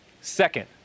Second